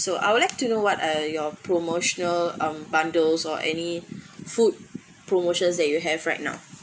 so I would like to know what are your promotional um bundles or any food promotions that you have right now